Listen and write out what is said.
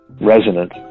resonant